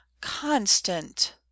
Constant